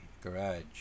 garage